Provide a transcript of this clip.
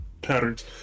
patterns